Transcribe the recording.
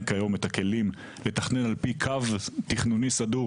כיום את הכלים לתכנן על פי קו תכנוני סדור